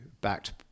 backed